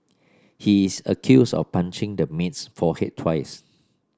he is accused of punching the maid's forehead twice